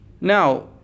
Now